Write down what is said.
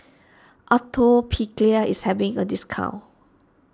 Atopiclair is having a discount